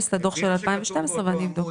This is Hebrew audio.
אני אכנס לדוח של 2012 ואני אבדוק.